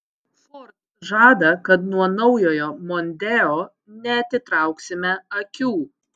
ford žada kad nuo naujojo mondeo neatitrauksime akių